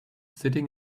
sitting